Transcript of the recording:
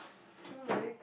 two leg